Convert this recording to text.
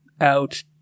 out